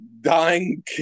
dying